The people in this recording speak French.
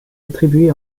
attribué